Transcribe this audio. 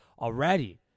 already